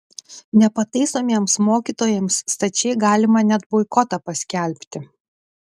nepataisomiems mokytojams stačiai galima net boikotą paskelbti